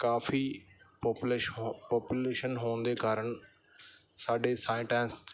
ਕਾਫ਼ੀ ਪਾਪੂਲਸ਼ ਹੋ ਪੋਪੂਲੇਸ਼ਨ ਹੋਣ ਦੇ ਕਾਰਨ ਸਾਡੇ ਸਾਇੰਟੈਂਸ